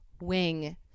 wing